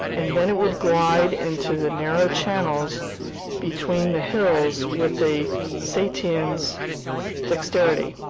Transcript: and then it would glide into the narrow channels between the hills with a cetacean's dexterity.